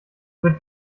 wird